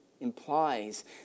implies